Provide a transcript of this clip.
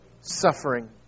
suffering